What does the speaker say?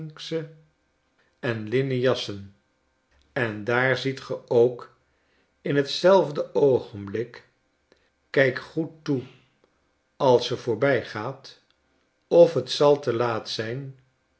en linnen jassen en daar ziet ge ook in t zelfde oogenblik kijk goed toe als ze voorbijgaat of t zal te laat zyn